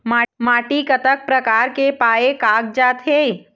माटी कतक प्रकार के पाये कागजात हे?